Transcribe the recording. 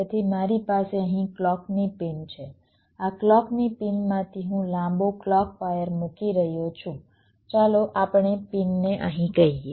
તેથી મારી પાસે અહીં ક્લૉકની પિન છે આ ક્લૉકની પિનમાંથી હું લાંબો ક્લૉક વાયર મૂકી રહ્યો છું ચાલો આપણે પિનને અહીં કહીએ